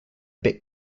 bit